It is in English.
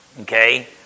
Okay